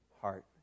heart